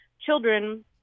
children